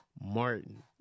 Martin